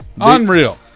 Unreal